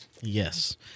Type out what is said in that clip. Yes